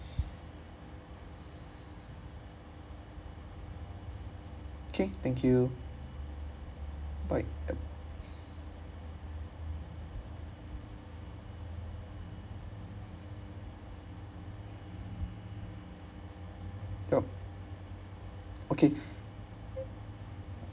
K thank you bye uh yup okay